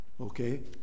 Okay